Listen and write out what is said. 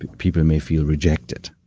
people may feel rejected.